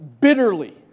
bitterly